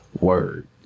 word